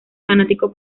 fanático